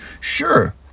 Sure